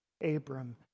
Abram